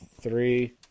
Three